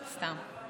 סתם.